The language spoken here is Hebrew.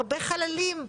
הרבה חללים.